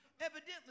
Evidently